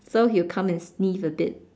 so he'll come and sniff a bit